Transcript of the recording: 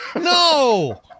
No